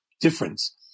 Difference